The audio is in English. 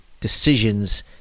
decisions